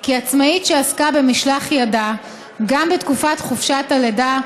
כי עצמאית שעסקה במשלח ידה גם בתקופת חופשת הלידה,